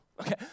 Okay